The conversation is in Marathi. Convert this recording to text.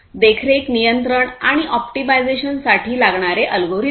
देखरेख नियंत्रण आणि ऑप्टिमायझेशनसाठी लागणारे अल्गोरिदम